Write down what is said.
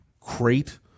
crate